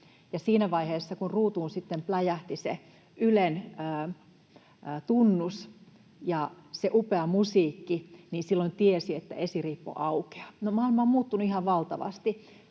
siinä vaiheessa kun ruutuun sitten pläjähti se Ylen tunnus ja se upea musiikki, tiesi, että esirippu aukeaa. No maailma on muuttunut ihan valtavasti,